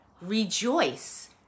rejoice